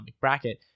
bracket